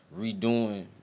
redoing